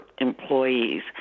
employees